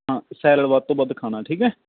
salad ਵੱਧ ਤੋਂ ਵੱਧ ਖਾਣਾ ਠੀਕ ਹੈ